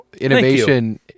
innovation